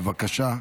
בבקשה.